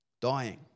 Dying